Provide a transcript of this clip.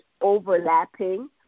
overlapping